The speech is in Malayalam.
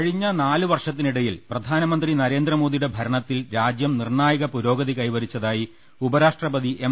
കഴിഞ്ഞ നാല് വർഷത്തിനിടയിൽ പ്രധാനമന്ത്രി നരേന്ദ്രമോദിയുടെ ഭരണത്തിൽ രാജ്യം നിർണ്ണായക പുരോഗതി കൈവരിച്ചതായി ഉപരാഷ്ട്രപതി എം